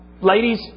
ladies